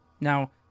Now